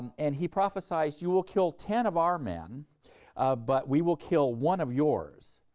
and he prophesized, you will kill ten of our men but we will kill one of yours,